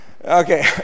Okay